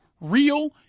real